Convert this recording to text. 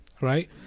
right